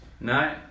No